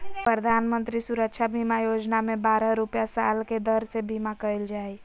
प्रधानमंत्री सुरक्षा बीमा योजना में बारह रुपया साल के दर से बीमा कईल जा हइ